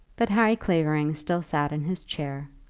but harry clavering still sat in his chair,